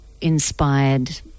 inspired